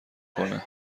کنه